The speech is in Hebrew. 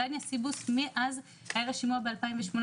לדניה סיבוס היה שימוע ב-2018,